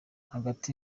hagati